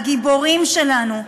הגיבורים שלנו,